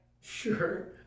sure